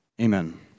Amen